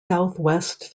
southwest